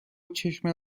چشم